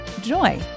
joy